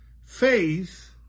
faith